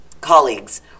colleagues